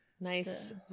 Nice